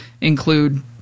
include